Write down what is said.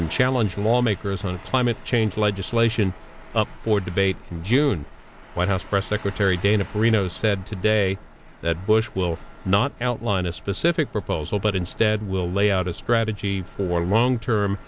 and challenge lawmakers on climate change legislation up for debate in june white house press secretary dana perino said today that bush will not outline a specific proposal but instead will lay out a strategy for long term